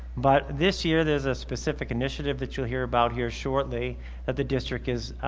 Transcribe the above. but this year there's a specific initiative that you'll hear about here shortly that the district is